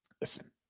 Listen